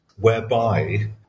Whereby